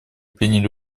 приняли